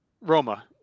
Roma